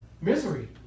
Misery